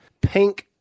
Pink